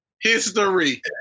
History